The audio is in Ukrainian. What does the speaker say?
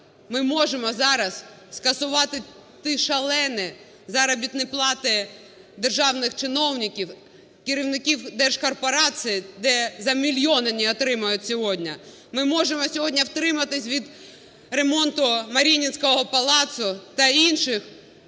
ми можемо зараз скасувати ті шалені заробітні плати державних чиновників, керівників держкорпорацій, де за мільйони отримають сьогодні. Ми можемо сьогодні втриматись від ремонту Маріїнського палацу та інших